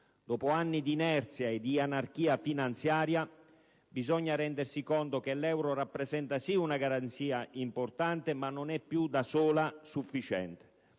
Dopo anni di inerzia e anarchia finanziaria bisogna rendersi conto che l'euro rappresenta sì una garanzia importante, ma non è più da sola sufficiente.